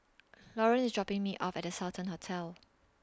Loren IS dropping Me off At The Sultan Hotel